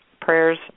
prayers